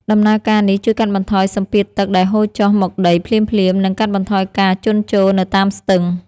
ដំណើរការនេះជួយកាត់បន្ថយសម្ពាធទឹកដែលហូរចុះមកដីភ្លាមៗ និង កាត់បន្ថយការជន់ជោរនៅតាមស្ទឹង។